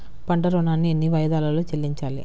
పంట ఋణాన్ని ఎన్ని వాయిదాలలో చెల్లించాలి?